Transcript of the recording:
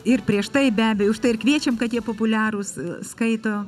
ir prieš tai be abejo už tai ir kviečiam kad jie populiarūs skaito